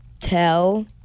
tell